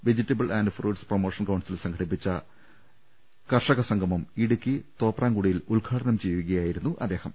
വെജിറ്റ ബിൾ and fruits promotion council സംഘടിപ്പിച്ച സംഗമം ഇടുക്കി തോപ്രാംകുടിയിൽ ഉദ്ഘാടനം ചെയ്ത് സംസാരിക്കുകയായിരുന്നു അദ്ദേഹം